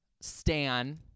stan